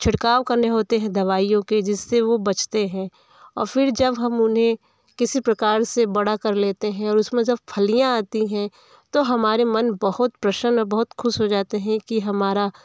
छिड़काव करने होते हैं दवाइयों के जिससे वह बचते हैं और फिर जब हम उन्हें किसी प्रकार से बड़ा कर लेते हैं और उसमें जब फलियाँ आती है तो हमारे मन बहुत प्रसन्न बहुत खुश हो जाते हैं कि हमारा